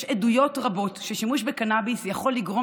יש עדויות רבות ששימוש בקנביס יכול לגרום